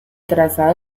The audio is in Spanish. trazado